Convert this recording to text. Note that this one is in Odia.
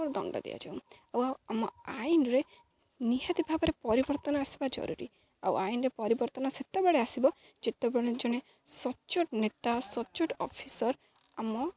ଦଣ୍ଡ ଦିଆଯାଉ ଆଉ ଆଉ ଆମ ଆଇନ୍ରେ ନିହାତି ଭାବରେ ପରିବର୍ତ୍ତନ ଆସିବା ଜରୁରୀ ଆଉ ଆଇନ୍ରେ ପରିବର୍ତ୍ତନ ସେତେବେଳେ ଆସିବ ଯେତେବେଳେ ଜଣେ ସଚ୍ଚୋଟ ନେତା ସଚ୍ଚୋଟ ଅଫିସ୍ର ଆମ